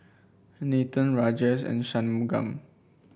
Nathan Rajesh and Shunmugam